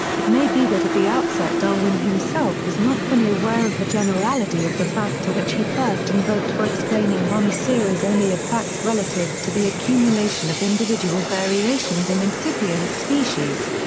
it may be that at the outset darwin himself was not fully aware of the generality of the factor which he first invoked for explaining one series only of facts relative to the accumulation of individual variations in incipient species.